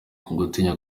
gutinya